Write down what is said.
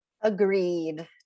Agreed